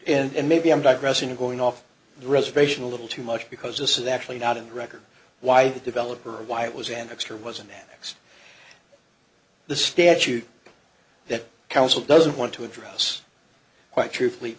a and maybe i'm digressing going off the reservation a little too much because this is actually not in the record why the developer why it was an extra wasn't an ex the statute that council doesn't want to address quite truthfully